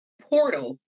portal